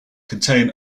contain